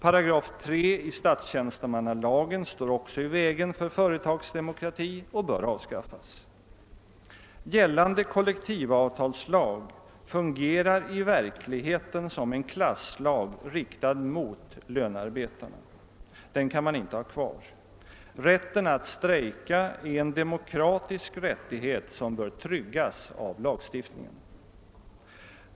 Paragraf 3 i statstjänstemannalagen står också i vägen för företagsdemokratin och bör avskaffas. Gällande kollektivavtalslag fungerar i verkligheten som en klasslag riktad mot lönearbetarna. Den kan man inte ha kvar. Rätten att strejka är en demokratisk rättighet som bör tryggas av lagstiftningen.